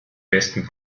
besten